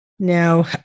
Now